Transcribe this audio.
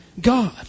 God